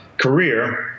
career